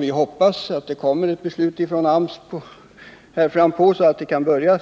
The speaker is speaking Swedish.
Vi hoppas att det snart kommer ett beslut från AMS så att arbetet kan påbörjas.